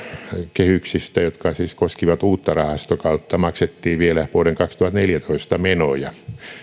kehyksistä jotka siis koskivat uutta rahastokautta maksettiin vielä vuoden kaksituhattaneljätoista menoja